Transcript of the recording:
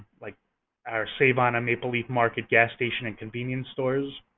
like our savon and maple leaf market gas station and convenience stores.